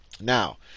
Now